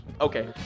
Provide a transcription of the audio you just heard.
Okay